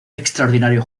extraordinario